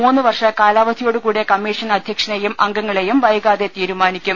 മൂന്ന് വർഷ കാലാവധിയോടു കൂടിയ കമ്മീ ഷൻ അധ്യക്ഷനെയും അംഗങ്ങളെയും വൈകാതെ തീരുമാ നിക്കും